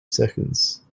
seconds